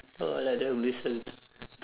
oh like that